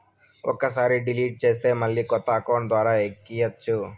ఒక్కసారి డిలీట్ చేస్తే మళ్ళీ కొత్త అకౌంట్ ద్వారా ఎక్కియ్యచ్చు